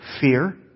fear